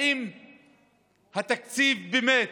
האם התקציב באמת